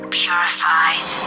purified